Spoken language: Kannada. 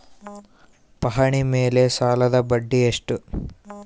ಪಹಣಿ ಮೇಲೆ ಸಾಲದ ಬಡ್ಡಿ ಎಷ್ಟು?